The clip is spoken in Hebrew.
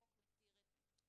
החוק מתיר את זה.